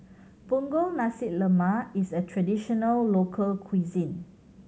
Punggol Nasi Lemak is a traditional local cuisine